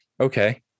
Okay